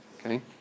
okay